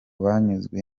banyuzwe